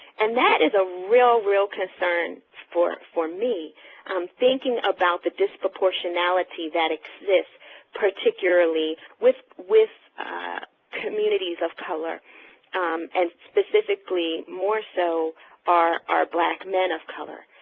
and that is a real, real concern for and for me thinking about the disproportionality that exists particularly with with communities of color and specifically more so are are black men of color.